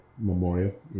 Memorial